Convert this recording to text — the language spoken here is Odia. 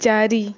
ଚାରି